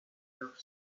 york